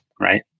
right